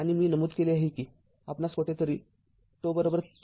आणि मी नमूद केले आहे कि आपणास कोठेतरी ζ ३